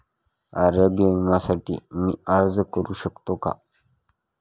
आरोग्य विम्यासाठी मी अर्ज करु शकतो का?